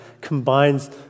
combines